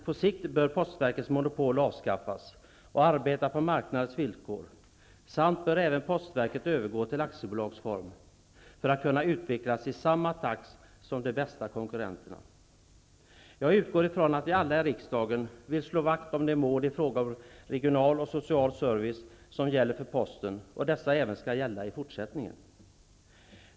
På sikt bör dock postverkets monopol avskaffas och man bör arbeta på marknadens villkor. Postverket bör övergå till aktiebolagsform för att kunna utvecklas i samma takt som de bästa konkurrenterna. Jag utgår ifrån att vi alla i riksdagen vill slå vakt om de mål i fråga om regional och social service som gäller för posten, och att dessa skall gälla även i fortsättningen.